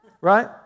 Right